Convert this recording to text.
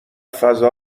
فضا